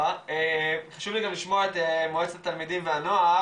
חשוב לי גם לשמוע את מועצת התלמידים והנוער,